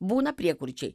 būna priekurčiai